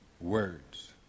words